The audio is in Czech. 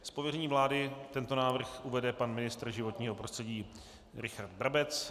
Z pověření vlády tento návrh uvede pan ministr životního prostředí Richard Brabec.